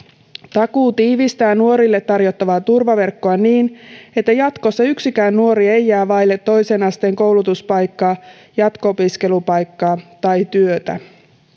takuu tiivistää nuorille tarjottavaa turvaverkkoa niin että jatkossa yksikään nuori ei jää vaille toisen asteen koulutuspaikkaa jatko opiskelupaikkaa tai työtä